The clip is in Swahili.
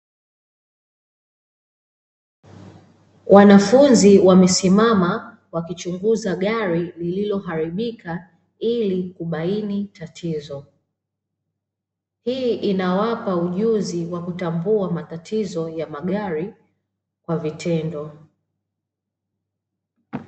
Wanafunzi wamesimama wakichunguza gari lililoharibika ili kubaini tatizo. Hii inawapa ujuzi wa kutambua matatizo ya magari kwa vitendo.